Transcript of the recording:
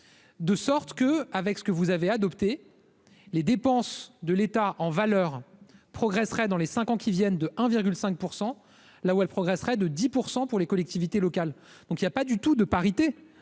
De sorte que, avec ce que vous avez adopté les dépenses de l'État en valeur progresserait dans les 5 ans qui viennent de un virgule 5 % là où elle progresserait de 10 pour 100 pour les collectivités locales, donc il y a pas du tout de parité